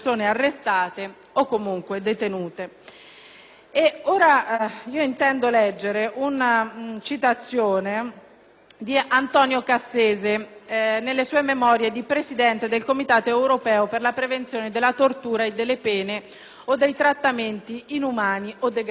Intendo ora leggere una citazione di Antonio Cassese, contenuta nelle sue memorie di presidente del Comitato europeo per la prevenzione della tortura e delle pene o dei trattamenti inumani o degradanti. È una dichiarazione